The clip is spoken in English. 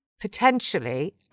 potentially